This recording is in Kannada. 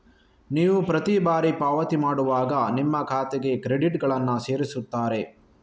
ನೀವು ಪ್ರತಿ ಬಾರಿ ಪಾವತಿ ಮಾಡುವಾಗ ನಿಮ್ಮ ಖಾತೆಗೆ ಕ್ರೆಡಿಟುಗಳನ್ನ ಸೇರಿಸ್ತಾರೆ